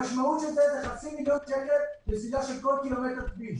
המשמעות של זה היא חצי מיליון שקל לסלילה של כל קילומטר כביש,